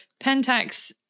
Pentax